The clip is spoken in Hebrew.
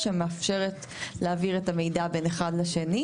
שמאפשרת להעביר את המידע בין אחד לשני.